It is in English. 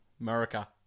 America